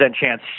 chance